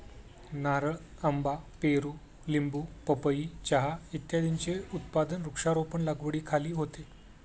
नारळ, आंबा, पेरू, लिंबू, पपई, चहा इत्यादींचे उत्पादन वृक्षारोपण लागवडीखाली होते